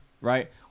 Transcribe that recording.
Right